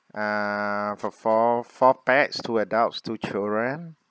uh for four four pax two adults two children